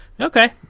Okay